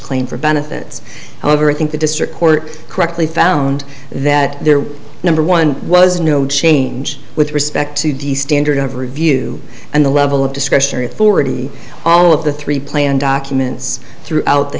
claim for benefits however i think the district court correctly found that their number one was no change with respect to distended of review and the level of discretionary authority all of the three plan documents throughout the